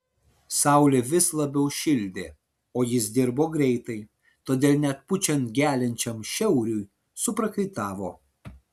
saulė vis labiau šildė o jis dirbo greitai todėl net pučiant geliančiam šiauriui suprakaitavo